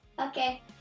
Okay